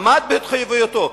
עמד בהתחייבותו,